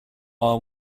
are